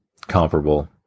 comparable